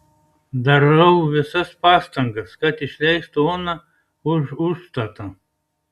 darau visas pastangas kad išleistų oną už užstatą